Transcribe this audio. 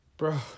Bro